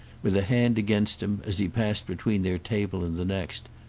with a hand against him, as he passed between their table and the next.